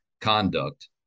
conduct